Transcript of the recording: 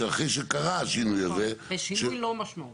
שאחרי שקרה השינוי הזה --- בשינוי לא משמעותי.